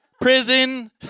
Prison